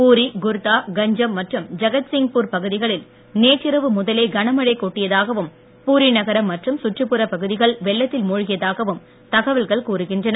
பூரி குர்தா கஞ்சம் மற்றும் ஜகத்சிங்பூர் பகுதிகளில் நேறிரவு முதலே கனமழை கொட்டியதாகவும் பூரி நகரம் மற்றும் சுற்றுப்புறப் பகுதிகள் வெள்ளத்தில் மூழ்கியதாகவும் தகவல்கள் கூறுகின்றன